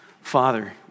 Father